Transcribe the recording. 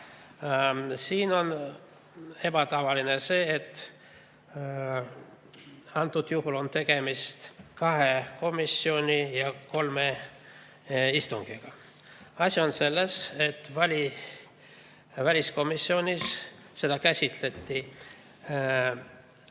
Siin on ebatavaline aga see, et antud juhul on tegemist kahe komisjoni ja kolme istungiga. Asi on selles, et väliskomisjonis käsitleti